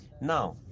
Now